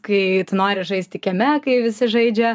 kai tu nori žaisti kieme kai visi žaidžia